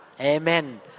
Amen